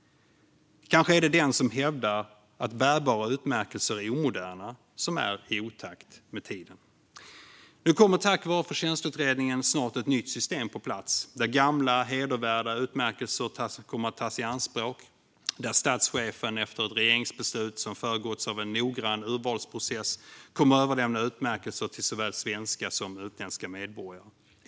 Kanske är det den som hävdar att bärbara utmärkelser är omoderna som är i otakt med tiden. Nu kommer tack vare Förtjänstutredningen snart ett nytt system på plats, där gamla hedervärda utmärkelser kommer att tas i anspråk och där statschefen efter ett regeringsbeslut som föregåtts av en noggrann urvalsprocess kommer att överlämna utmärkelser till såväl svenska som utländska medborgare.